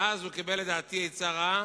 ואז הוא קיבל, לדעתי, עצה רעה,